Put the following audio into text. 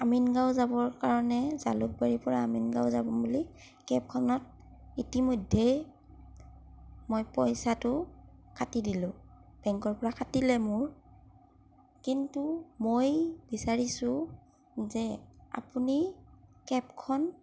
আমিন গাঁও যাবৰ কাৰণে জালুকবাৰীৰ পৰা আমিন গাঁও যাম বুলি কেবখনত ইতিমধ্যেই মই পইচাটো কাটি দিলোঁ বেংকৰ পৰা কাটিলে মোৰ কিন্তু মই বিচাৰিছোঁ যে আপুনি কেবখন